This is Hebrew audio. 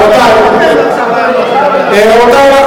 רבותי,